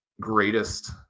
greatest